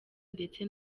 ndetse